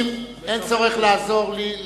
חבר הכנסת נסים, אין צורך לעזור לי.